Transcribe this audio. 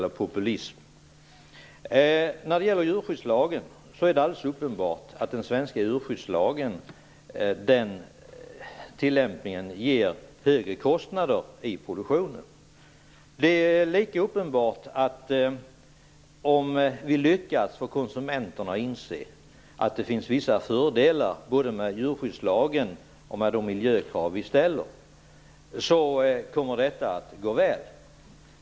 Det är alldeles uppenbart att tillämpningen av den svenska djurskyddslagen ger högre kostnader i produktionen. Det är lika uppenbart att om vi lyckas få konsumenterna att inse att det finns vissa fördelar både med djurskyddslagen och med de miljökrav som ställs, kommer detta att gå väl.